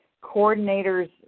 coordinator's